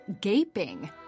Gaping